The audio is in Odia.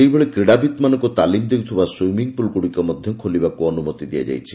ସେହିଭଳି କ୍ରୀଡ଼ାବିତ୍ ମାନଙ୍କୁ ତାଲିମ୍ ଦେଉଥିବା ସୁଇମିଂପୁଲ୍ ଗୁଡ଼ିକ ମଧ୍ୟ ଖୋଲିବାକୁ ଅନୁମତି ଦିଆଯାଇଛି